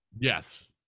Yes